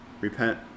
repent